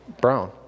Brown